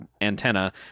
antenna